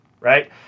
right